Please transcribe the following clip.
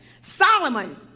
Solomon